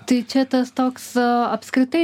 tai čia tas toks apskritai